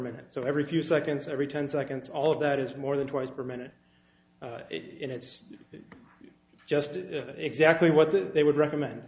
t so every few seconds every ten seconds all of that is more than twice per minute it's just exactly what they would recommend